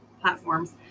platforms